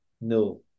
No